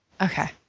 Okay